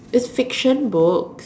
it's fiction books